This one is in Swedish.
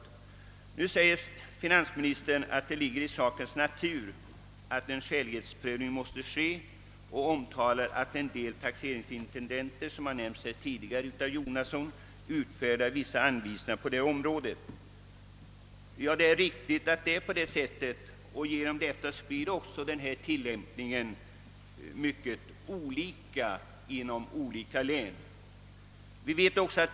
Nu säger finansministern att det ligger i sakens natur att en skälighetsprövning måste göras, och han omtalar att en del taxeringsintendenter utfärdat anvisningar på detta område. Det är riktigt att så sker, och därigenom blir också tillämpningen mycket olika inom olika län.